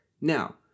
Now